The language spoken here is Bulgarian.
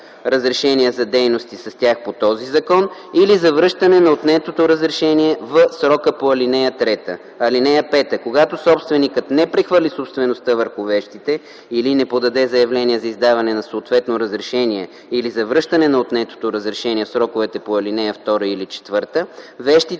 разрешение за дейности с тях по този закон или за връщане на отнетото разрешение, в срока по ал. 3. (5) Когато собственикът не прехвърли собствеността върху вещите или не подаде заявление за издаване на съответно разрешение или за връщане на отнетото разрешение в сроковете по ал. 2 или 4, вещите